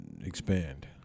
expand